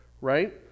right